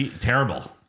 Terrible